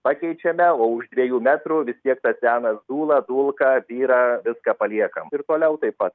pakeičiame o už dviejų metrų vis tiek tas senas dūla dulka byra viską paliekam ir toliau taip pat